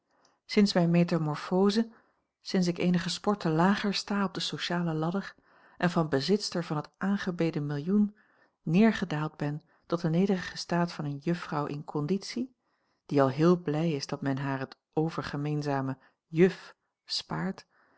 sinds mijne metamorphose sinds ik eenige sporten lager sta op de sociale ladder en van bezitster van het aangebeden millioen neergedaald ben tot den nederigen staat van eene juffrouw in conditie die al heel blij is dat men haar het overgemeenzame juf spaart